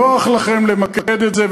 נוח לכם למקד את זה,